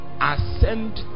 ascend